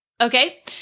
Okay